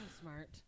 smart